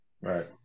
Right